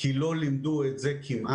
"כי לא לימדו את זה כמעט",